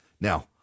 Now